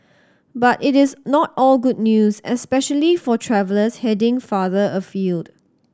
but it is not all good news especially for travellers heading farther afield